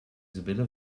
sibylle